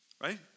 Right